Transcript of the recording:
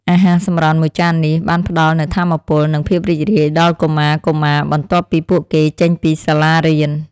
អាហារសម្រន់មួយចាននេះបានផ្តល់នូវថាមពលនិងភាពរីករាយដល់កុមារៗបន្ទាប់ពីពួកគេចេញពីសាលារៀន។